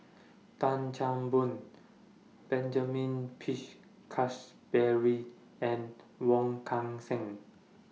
Tan Chan Boon Benjamin Peach Keasberry and Wong Kan Seng